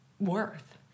Worth